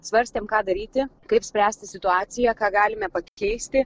svarstėm ką daryti kaip spręsti situaciją ką galime pakeisti